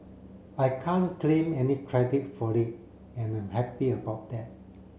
I can't claim any credit for it and I'm happy about that